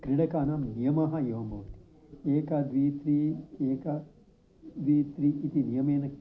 क्रीडकानां नियमाः एवं भवति एकं द्वे त्रीणि एकं द्वे त्रीणि इति नियमेन